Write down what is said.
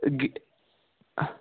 گٔے